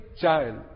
child